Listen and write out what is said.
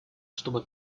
чтобы